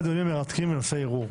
אחד הדיונים המרתקים בנושא ערעור.